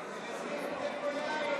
אנחנו עוברים להודעת הממשלה.